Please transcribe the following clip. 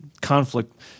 conflict